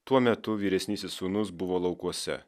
tuo metu vyresnysis sūnus buvo laukuose